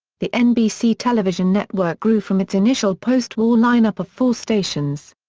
the nbc television network grew from its initial post-war lineup of four stations.